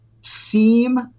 seem